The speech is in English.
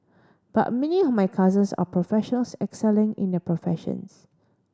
but many of my cousins are professionals excelling in their professions